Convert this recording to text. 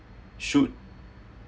should